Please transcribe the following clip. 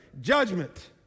judgment